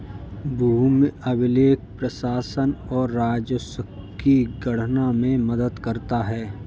भूमि अभिलेख प्रशासन और राजस्व की गणना में मदद करता है